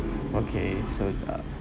okay so uh